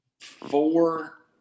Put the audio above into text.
four